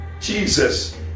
jesus